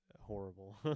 horrible